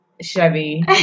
Chevy